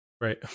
Right